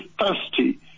thirsty